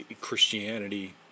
Christianity